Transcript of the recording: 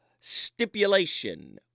stipulation